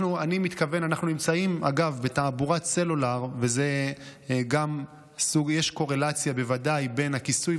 אנחנו נמצאים בתעבורת סלולר ויש קורלציה בין הכיסוי